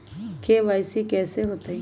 KYC कैसे होतई?